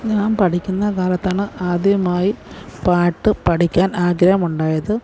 ഞാൻ പഠിക്കുന്ന കാലത്താണ് ആദ്യമായി പാട്ടു പഠിക്കാൻ ആഗ്രഹമുണ്ടായത്